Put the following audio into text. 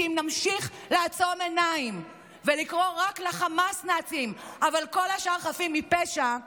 כי אם נמשיך לעצום עיניים ולקרוא רק לחמאס נאצים אבל כל השאר חפים מפשע,